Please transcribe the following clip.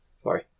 Sorry